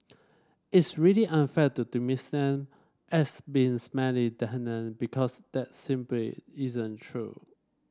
it's really unfair to dismiss them as being smelly tenant because that simply isn't true